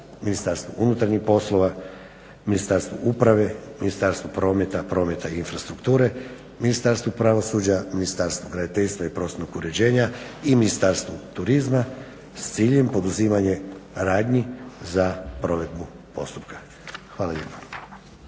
Ministarstvu unutarnjih poslova, Ministarstvu uprave, Ministarstvu prometa i infrastrukture, Ministarstvu pravosuđa, Ministarstvu graditeljstva i prostornog uređenja i Ministarstvu turizma s ciljem poduzimanja radnji za provedbu postupka. Hvala lijepa.